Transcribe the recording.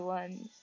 ones